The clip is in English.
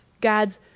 God's